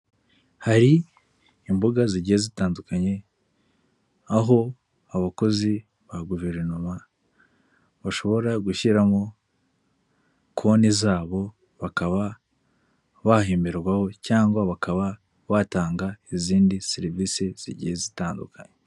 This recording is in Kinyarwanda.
Hari imbuga zigiye zitandukanye, aho abakozi ba guverinoma bashobora gushyiramo konti zabo bakaba bahemberwaho, cyangwa bakaba batanga izindi serivisi zigiye zitandukanye.